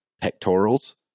pectorals